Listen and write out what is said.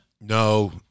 No